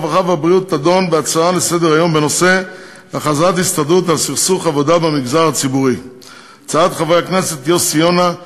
הרווחה והבריאות תדון בהצעות לסדר-היום של חברי הכנסת יוסי יונה,